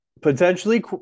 potentially